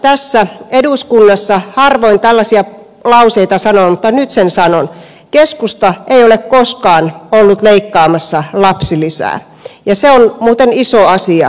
tässä eduskunnassa harvoin tällaisia lauseita sanon mutta nyt sen sanon keskusta ei ole koskaan ollut leikkaamassa lapsilisää ja se on muuten iso asia